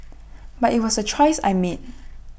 but IT was A choice I made